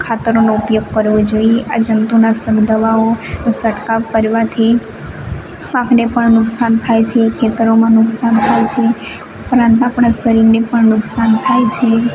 ખાતરોનો ઉપયોગ કરવો જોઈએ આ જંતુનાશક દવાઓ સટકાવ કરવાથી પાકને પણ નુકસાન થાય છે ખેતરોમાં નુકસાન થાય છે ઉપરાંત આપણા શરીરને પણ નુકસાન થાય છે